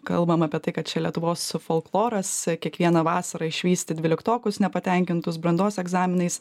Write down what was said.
kalbam apie tai kad čia lietuvos folkloras kiekvieną vasarą išvysti dvyliktokus nepatenkintus brandos egzaminais